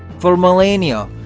for millennia,